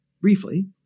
briefly